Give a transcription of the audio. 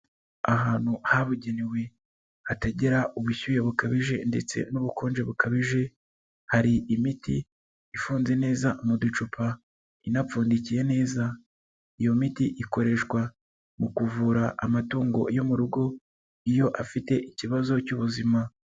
Ahantu habugenewe hatagira ubushyuhe bukabije ,ndetse n'ubukonje bukabije .Hari imiti ifunze neza mu ducupa ,inapfundikiye neza. lyo miti ikoreshwa mu kuvura amatungo yo mu rugo, iyo afite ikibazo cy'ubuzima.